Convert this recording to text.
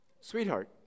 Sweetheart